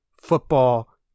football